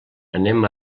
anem